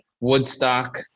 Woodstock